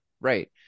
Right